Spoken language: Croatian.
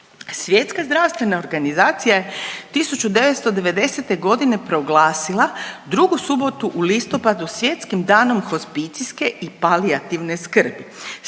Svjetska zdravstvena organizacija je 1990. godine proglasila drugu subotu u listopadu Svjetskim danom hospicijske i palijativne skrbi